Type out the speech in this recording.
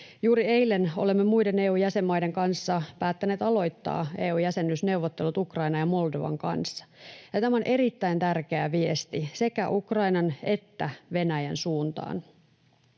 Juuri eilen olemme muiden EU:n jäsenmaiden kanssa päättäneet aloittaa EU:n jäsenyysneuvottelut Ukrainan ja Moldovan kanssa, ja tämä on erittäin tärkeä viesti sekä Ukrainan että Venäjän suuntaan.